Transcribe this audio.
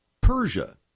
Persia